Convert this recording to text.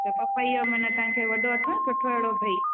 त पपइयो माना तव्हांखे वॾो अथव न सुठो अहिड़ो भई